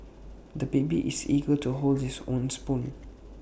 the baby is eager to hold his own spoon